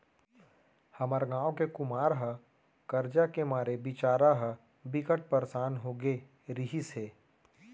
हमर गांव के कुमार ह करजा के मारे बिचारा ह बिकट परसान हो गे रिहिस हे